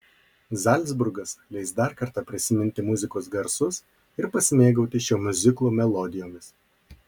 zalcburgas leis dar kartą prisiminti muzikos garsus ir pasimėgauti šio miuziklo melodijomis